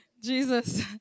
Jesus